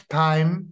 time